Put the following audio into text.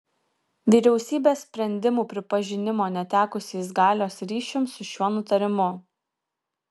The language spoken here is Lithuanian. vyriausybės sprendimų pripažinimo netekusiais galios ryšium su šiuo nutarimu